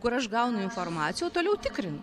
kur aš gaunu informaciją o toliau tikrinu